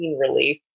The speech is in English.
relief